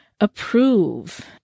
approve